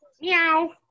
Meow